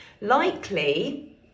likely